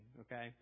okay